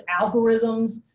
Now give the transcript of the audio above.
algorithms